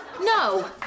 No